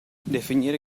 definire